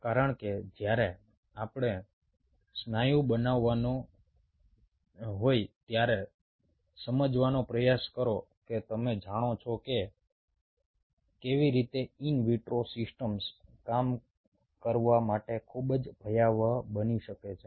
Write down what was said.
કારણ કે જ્યારે તમારે સ્નાયુ બનાવવા હોય ત્યારે સમજવાનો પ્રયાસ કરો કે તમે જાણો છો કે કેવી રીતે ઇન વિટ્રો સિસ્ટમ્સ કામ કરવા માટે ખૂબ જ ભયાવહ બની શકે છે